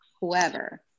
whoever